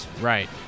Right